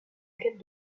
quête